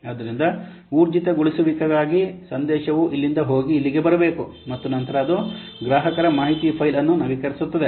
ಆದ್ದರಿಂದ ಊರ್ಜಿತಗೊಳಿಸುವಿಕೆಗಾಗಿ ಸಂದೇಶವು ಇಲ್ಲಿಂದ ಹೋಗಿ ಇಲ್ಲಿಗೆ ಬರಬೇಕು ಮತ್ತು ನಂತರ ಅದು ಗ್ರಾಹಕರ ಮಾಹಿತಿ ಫೈಲ್ ಅನ್ನು ನವೀಕರಿಸುತ್ತದೆ